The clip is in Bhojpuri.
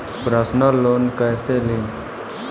परसनल लोन कैसे ली?